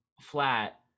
flat